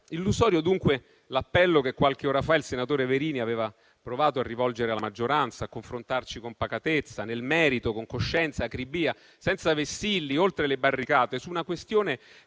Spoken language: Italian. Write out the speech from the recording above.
Illusorio dunque l'appello che qualche ora fa il senatore Verini aveva provato a rivolgere alla maggioranza, a confrontarci con pacatezza nel merito, con coscienza, acribia, senza vessilli, oltre le barricate, su una questione